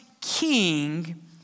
king